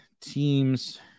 team's